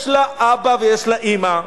יש לה אבא ויש לה אמא,